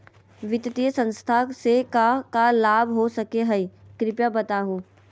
वित्तीय संस्था से का का लाभ हो सके हई कृपया बताहू?